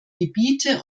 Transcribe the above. gebiete